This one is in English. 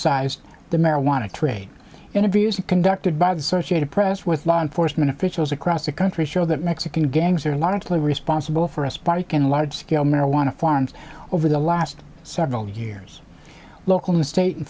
sized the marijuana trade interviews conducted by the search at a press with law enforcement officials across the country show that mexican gangs are a lot of play responsible for a spike in large scale marijuana farms over the last several years local and state and